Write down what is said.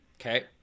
Okay